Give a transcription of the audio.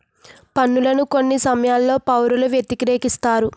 పన్నులను కొన్ని సమయాల్లో పౌరులు వ్యతిరేకిస్తారు